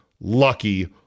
lucky